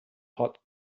hot